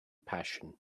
passion